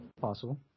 Possible